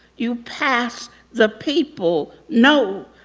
you pass the people. no.